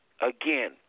again